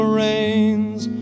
rains